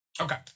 Okay